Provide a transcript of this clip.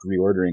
reordering